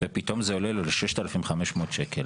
ופתאום זה עולה ל-6,500 שקל,